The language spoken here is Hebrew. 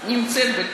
אני אגיד לך עכשיו.